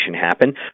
happen